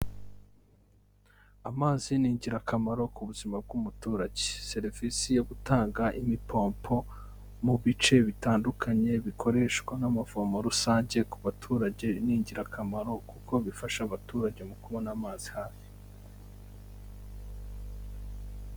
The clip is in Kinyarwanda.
Amazi ni ingirakamaro ku buzima bw'umuturage. Serivisi yo gutanga imipompo mu bice bitandukanye bikoreshwa n'amavomo rusange ku baturage, ni ingirakamaro kuko bifasha abaturage mu kubona amazi.